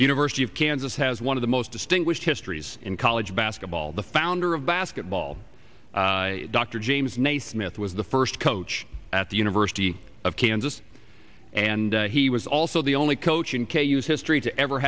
university of kansas has one of the most distinguished histories in college basketball the founder of basketball dr james naismith was the first coach at the university of kansas and he was also the only coach in k u s history to ever